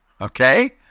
Okay